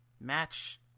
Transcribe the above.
match